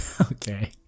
okay